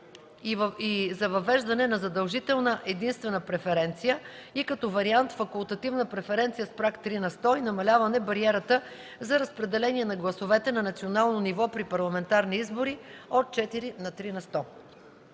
и за въвеждане на задължителна единствена преференция и като вариант факултативна преференция с праг 3 на сто и намаляване бариерата за разпределяне на гласовете на национално ниво при парламентарни избори от 4 на 3 на сто.